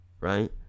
Right